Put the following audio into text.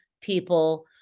people